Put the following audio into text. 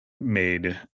made